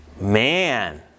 Man